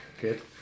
Good